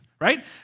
right